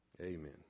Amen